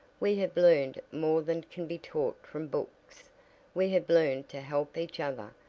we have learned more than can be taught from books we have learned to help each other,